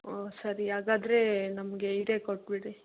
ಓ ಸರಿ ಹಾಗಾದ್ರೆ ನಮಗೆ ಇದೇ ಕೊಟ್ಟುಬಿಡಿ